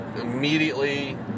Immediately